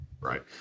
Right